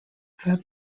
that